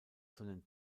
sondern